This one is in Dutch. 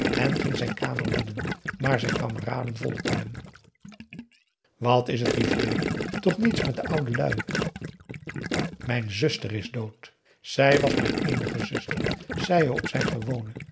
en ging zijn kamer binnen maar zijn kameraden volgden hem wat is het rivière toch niets met de oude lui mijn zuster is dood zij was mijn eenige zuster zei hij op zijn gewonen